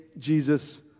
Jesus